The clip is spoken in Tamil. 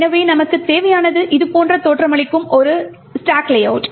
எனவே நமக்குத் தேவையானது இது போன்ற தோற்றமளிக்கும் ஸ்டாக் லேஅவுட்